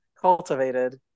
cultivated